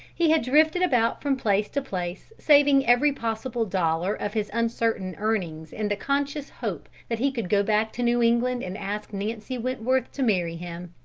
he had drifted about from place to place, saving every possible dollar of his uncertain earnings in the conscious hope that he could go back to new england and ask nancy wentworth to marry him.